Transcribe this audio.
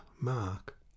Mark